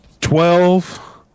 Twelve